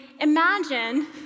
imagine